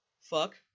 fuck